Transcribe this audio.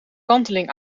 kanteling